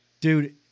dude